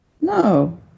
No